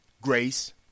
grace